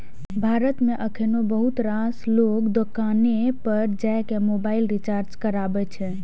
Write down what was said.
भारत मे एखनो बहुत रास लोग दोकाने पर जाके मोबाइल रिचार्ज कराबै छै